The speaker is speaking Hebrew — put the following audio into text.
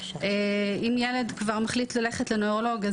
אם ילד כבר מחליט ללכת לנוירולוג,